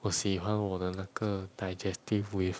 我喜欢我的那个 digestive with